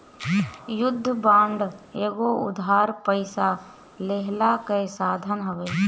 युद्ध बांड एगो उधार पइसा लेहला कअ साधन हवे